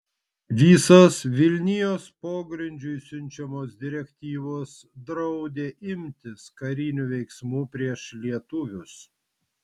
visos vilnijos pogrindžiui siunčiamos direktyvos draudė imtis karinių veiksmų prieš lietuvius